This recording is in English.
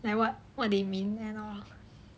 like what what they mean at all